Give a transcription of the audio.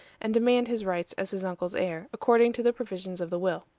and demand his rights as his uncle's heir, according to the provisions of the will.